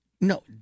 No